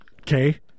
Okay